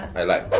i like